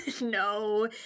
No